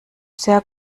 sehr